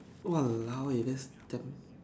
!walao! it is that